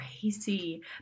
crazy